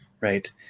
right